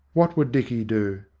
what would dicky do?